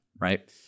right